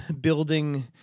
building